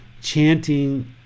chanting